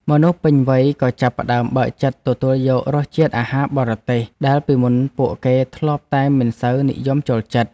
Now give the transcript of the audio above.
មនុស្សពេញវ័យក៏ចាប់ផ្តើមបើកចិត្តទទួលយករសជាតិអាហារបរទេសដែលពីមុនពួកគេធ្លាប់តែមិនសូវនិយមចូលចិត្ត។